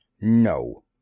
No